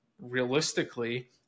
realistically